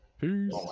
Peace